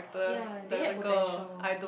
ya they had potential